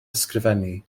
ysgrifennu